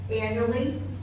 annually